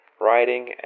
writing